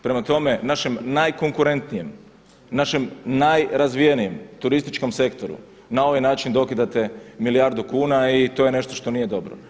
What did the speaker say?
Prema tome, našem najkonkurentnijem, našem najrazvijenijem turističkom sektoru na ovaj način dokidate milijardu kuna i to je nešto što nije dobro.